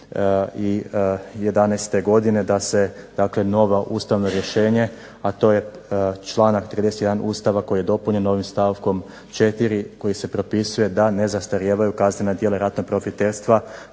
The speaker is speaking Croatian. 2011. godine da se novo ustavno rješenje, a to je članak 31. Ustava koji je dopunjen novim stavkom 4. kojim se propisuje da ne zastarijevaju kaznena djela ratnog profiterstva